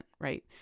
right